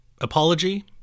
apology